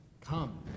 Come